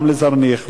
וגם לזרניך ורדון,